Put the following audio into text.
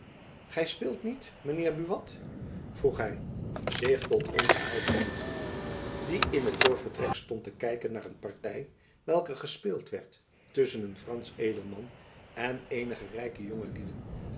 gy speelt niet myn heer buat vroeg hy zich tot onzen held wendende die in het voorvertrek stond te kijken naar een party welke gespeeld werd tusschen een fransch edelman en eenige rijke